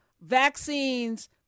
vaccines